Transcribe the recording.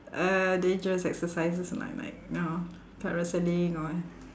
uh dangerous exercises like like know parasailing or what